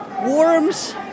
worms